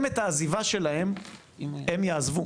הם את העזיבה שלהם הם יעשו,